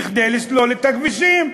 כדי לסלול את הכבישים.